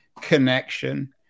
connection